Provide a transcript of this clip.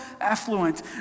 affluent